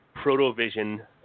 Protovision